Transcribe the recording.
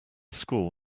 school